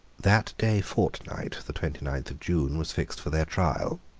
that day fortnight, the twenty-ninth of june, was fixed for their trial.